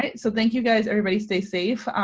and so thank you guys everybody stay safe.